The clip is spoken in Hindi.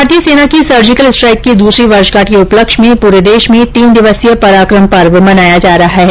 भारतीय सेना की सर्जिकल स्ट्राइक की दूसरी वर्षगांठ के उपलक्ष्य में पूरे देश में तीन दिवसीय पराक्रम पर्व मनाया जा रहा है